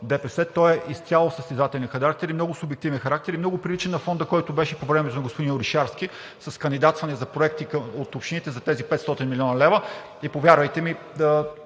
ДПС – той е изцяло състезателен и много субективен характер и много прилича на Фонда, който беше по времето на господин Орешарски, с кандидатстване за проекти от общините за тези 500 млн. лв. Повярвайте ми,